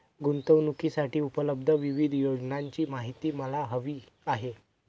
गुंतवणूकीसाठी उपलब्ध विविध योजनांची माहिती मला हवी आहे